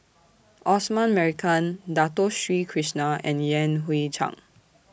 Osman Merican Dato Sri Krishna and Yan Hui Chang